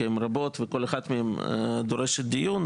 כי הן רבות וכל אחת מהן דורשת דיון,